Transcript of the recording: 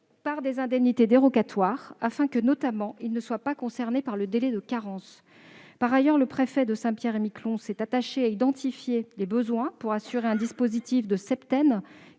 par des indemnités dérogatoires, afin notamment qu'ils ne soient pas concernés par le délai de carence. Par ailleurs, le préfet de Saint-Pierre-et-Miquelon s'est attaché à identifier les besoins pour assurer un dispositif de septaine